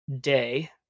day